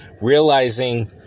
realizing